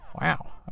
Wow